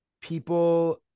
people